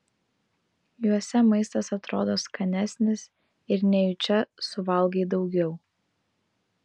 juose maistas atrodo skanesnis ir nejučia suvalgai daugiau